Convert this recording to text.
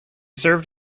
served